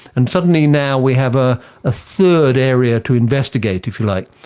and suddenly now we have a ah third area to investigate, if you like,